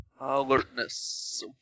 Alertness